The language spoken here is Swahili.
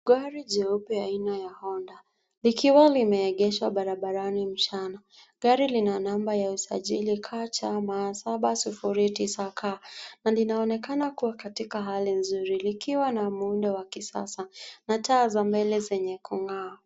Gari jeupe aina ya Honda likiwa limeegeshwa barabarani mchana. Gari lina namba ya usajili KCM 709K na linaonekana kuwa katika hali nzuri, likiwa na muundo wa kisasa na taa za mbele zenye kung'aa.